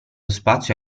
spazio